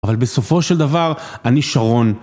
אבל בסופו של דבר, אני שרון.